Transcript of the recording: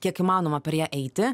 kiek įmanoma per ją eiti